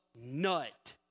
nut